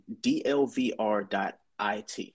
dlvr.it